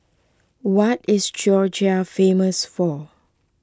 what is Georgia famous for